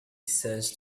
sends